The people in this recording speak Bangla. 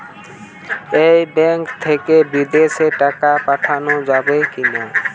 এই ব্যাঙ্ক থেকে বিদেশে টাকা পাঠানো যাবে কিনা?